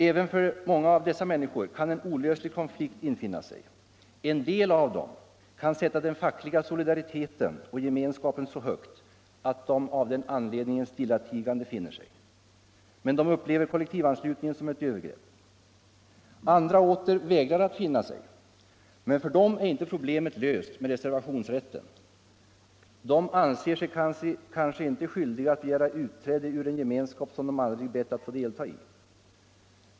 Även för många av dessa människor kan en olöslig konflikt infinna sig. En del av dem kan sätta den fackliga solidariteten och gemenskapen så högt att de av den anledningen stillatigande finner sig. Men de upplever kollektivanslutningen som ett övergrepp. Andra åter vägrar att finna sig. Men för dem är inte problemet löst med reservationsrätten. De anser sig kanske inte skyldiga att begära utträde ur en gemenskap som de aldrig bett att få delta i.